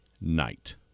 night